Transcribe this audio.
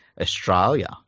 Australia